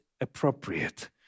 appropriate